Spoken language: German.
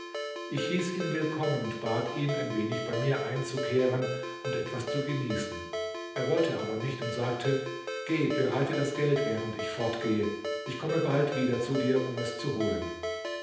ich hieß ihn willkommen und bat ihn ein wenig bei mir einzukehren und etwas zu genießen er wollte aber nicht und sagte geh bereite das geld während ich fortgehe ich komme bald wieder zu dir um es zu holen